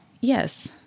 Yes